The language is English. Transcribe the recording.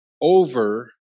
over